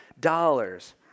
dollars